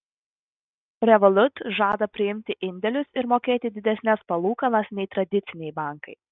revolut žada priimti indėlius ir mokėti didesnes palūkanas nei tradiciniai bankai